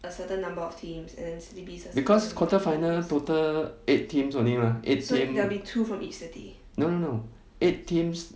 because quarter final total eight teams only mah eight team no no no eight teams